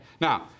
Now